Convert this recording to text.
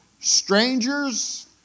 strangers